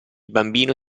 bambino